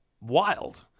wild